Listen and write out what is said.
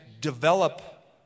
develop